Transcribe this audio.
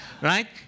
Right